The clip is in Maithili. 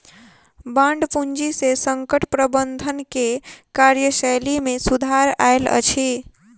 बांड पूंजी से संकट प्रबंधन के कार्यशैली में सुधार आयल अछि